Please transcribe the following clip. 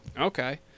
Okay